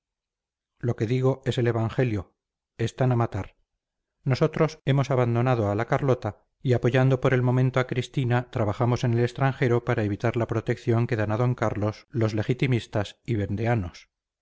lo que digo es el evangelio están a matar nosotros hemos abandonado a la carlota y apoyando por el momento a cristina trabajamos en el extranjero para evitar la protección que dan a d carlos los legitimistas y vendeanos